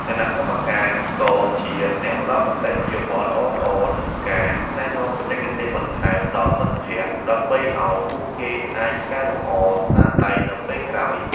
គណៈកម្មការក៏ជាអ្នកផ្ដល់មតិយោបល់ល្អៗ និងការណែនាំបច្ចេកទេសបន្ថែមដល់មិត្តភក្តិ ដើម្បីឱ្យពួកគេអាចកែលម្អស្នាដៃនៅពេលក្រោយ។